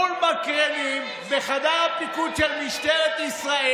מול מקרנים בחדר הפיקוד של משטרת ישראל